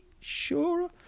Sure